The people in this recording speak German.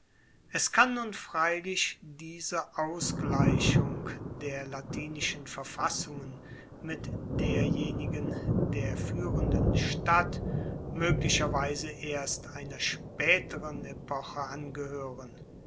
es kann nun freilich diese ausgleichung der latinischen verfassungen mit derjenigen der fuehrenden stadt moeglicherweise erst einer spaeteren epoche angehoeren